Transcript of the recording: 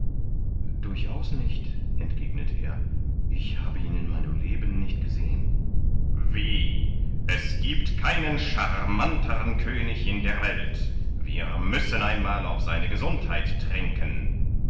durchaus nicht entgegnet er ich habe ihn in meinem leben nicht gesehen wie es giebt keinen scharmantern könig in der welt wir müssen einmal auf seine gesundheit trinken